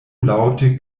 laŭte